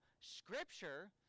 Scripture